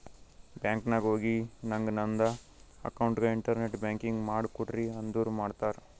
bank ನಾಗ್ ಹೋಗಿ ನಂಗ್ ನಂದ ಅಕೌಂಟ್ಗ ಇಂಟರ್ನೆಟ್ ಬ್ಯಾಂಕಿಂಗ್ ಮಾಡ್ ಕೊಡ್ರಿ ಅಂದುರ್ ಮಾಡ್ತಾರ್